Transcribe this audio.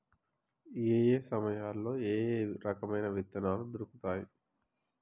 ఏయే సమయాల్లో ఏయే రకమైన విత్తనాలు దొరుకుతాయి?